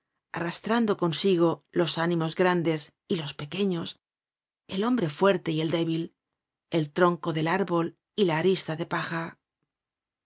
arrastrando consigo los ánimos grandes y los pequeños el hombre fuerte y el débil el tronco del árbol y la arista de paja